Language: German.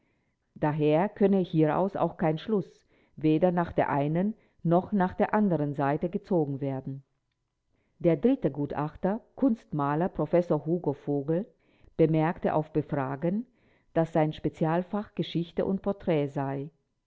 daher könne hieraus auch kein schluß weder nach der einen noch nach der anderen seite gezogen werden der dritte gutachter kunstmaler prof hugo vogel bemerkte auf befragen daß sein spezialfach geschichte und porträt sei